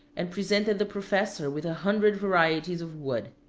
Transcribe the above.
and presented the professor with a hundred varieties of wood.